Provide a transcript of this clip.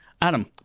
Adam